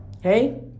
Hey